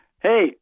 Hey